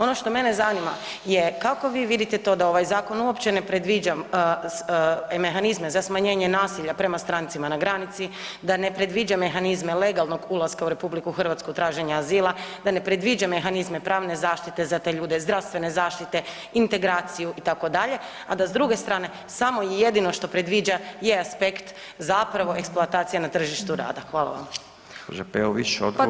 Ono što mene zanima je kako vi vidite to da ovaj zakon uopće ne predviđa mehanizme za smanjenje nasilja prema strancima na granici, da ne predviđa mehanizme legalnog ulaska u RH, traženja azila, da ne predviđa mehanizme pravne zaštite za te ljude, zdravstvene zaštite, integraciju, itd., a da s druge strane, samo i jedino što predviđa je aspekt zapravo eksploatacije na tržištu rada.